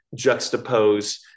juxtapose